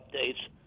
updates